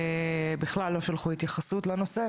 בכלל לא שלחו התייחסות לנושא.